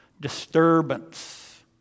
disturbance